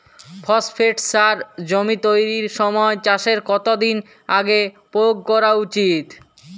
Phosphate সার জমি তৈরির সময় চাষের কত দিন আগে প্রয়োগ করা উচিৎ?